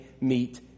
meet